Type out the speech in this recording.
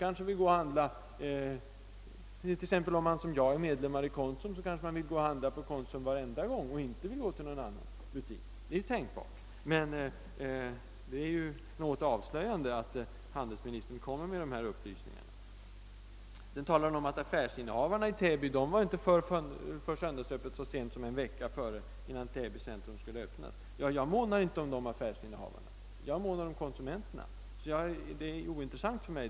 Om man t.ex. som jag är medlem 1 Konsum, vill man kanske gå och handla i Konsum varenda gång och inte i någon annan butik. Det är avslöjande, att handelsministern lämnade dessa upplysningar. Sedan talar han om att affärsinnehavarna i Täby inte var för söndagsöppet så sent som en vecka innan Täby centrum skulle öppnas. Jag är inte mån om dessa affärsinnehavare, jag är mån om konsumenterna, så den upplysningen är ointressant för mig.